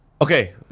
okay